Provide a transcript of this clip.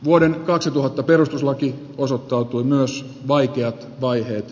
vuoden kaksituhatta perustuslaki osoittautui myös vaikeat vaiheet